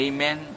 Amen